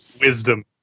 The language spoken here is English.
wisdom